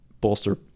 bolster